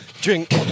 drink